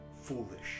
Foolish